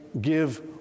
give